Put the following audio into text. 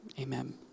Amen